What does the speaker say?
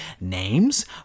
names